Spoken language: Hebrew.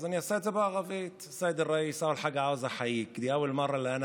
אז אני אעשה את זה בערבית: (אומר בערבית: אדוני היושב-ראש,